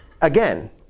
again